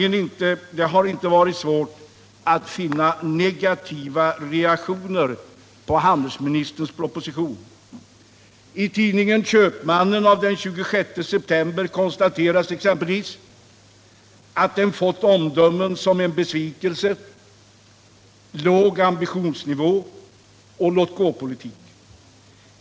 Det har sannerligen inte varit svårt att finna negativa reaktioner på handelsministerns proposition. I tidningen Köpmannen av den 26 september konstateras exempelvis att den fått omdömen som ”en besvikelse”, ”låg ambitionsnivå” och ”låtgåpolitik”.